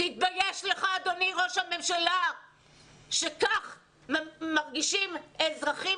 תתבייש לך אדוני ראש הממשלה שכך מרגישים אזרחים